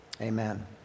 Amen